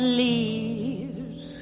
leaves